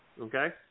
Okay